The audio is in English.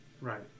Right